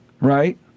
right